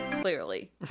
Clearly